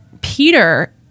Peter